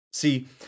See